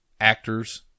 actors